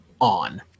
on